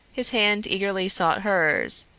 his hand eagerly sought hers,